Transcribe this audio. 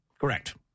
Correct